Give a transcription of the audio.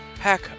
pack